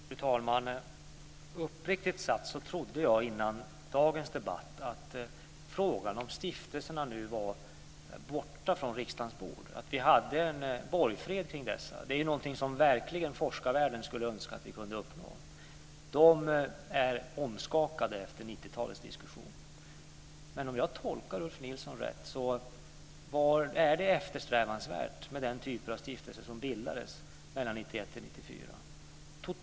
Fru talman! Uppriktigt sagt trodde jag innan dagens debatt att frågan om stiftelserna nu var borta från riksdagens bord. Jag trodde att vi hade en borgfred kring dessa. Det är någonting som forskarvärlden verkligen skulle önska att vi kunde uppnå. Man är omskakad efter 90-talets diskussion. Men om jag tolkar Ulf Nilsson rätt är det eftersträvansvärt med den typ av stiftelser som bildades mellan 1991 och 1994.